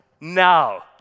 now